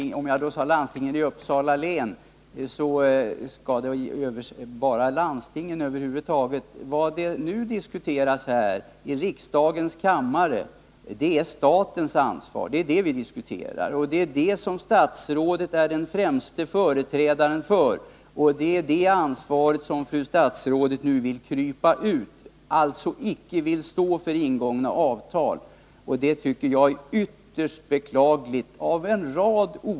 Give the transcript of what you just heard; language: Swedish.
Herr talman! Det gäller alltså landstingen över huvud taget. Vad som nu diskuteras i riksdagens kammare är statens ansvar, och när det gäller detta är statsrådet den främsta representanten. Nu vill statsrådet krypa ifrån detta ansvar och underlåta att stå för ingångna avtal. Av en rad olika skäl tycker jag att detta är ytterst beklagligt.